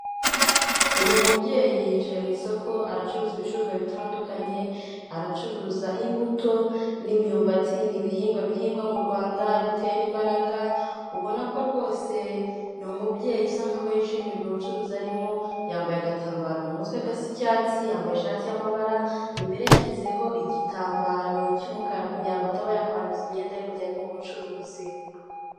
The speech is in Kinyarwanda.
Uyu mubyeyi yicaye mu isoko aracuruza ibicuruzwa bitandukanye, aracuruza imbuto n'imyumbati ni ibihingwa bihingwa mu Rwanda bitera imbaraga, ubona ko rwose ni umubyeyi usa nk'aho yishimiye ubwo bucuruzi arimo yambaye agatambaro mu mutwe icyatsi, yambaye ishati y'amabara imbere yashyizeho igitambaro cy'umukara kugira ngo ataba yakwanduza imyenda ye mu gihe ari mubu bucuruzi.